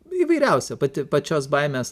įvairiausia pati pačios baimės